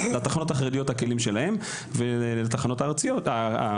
לתחנות החרדיות את הכלים שלהם ולתחנות הכלליות,